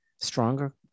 stronger